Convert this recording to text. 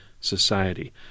society